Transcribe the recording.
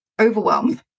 overwhelm